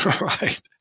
Right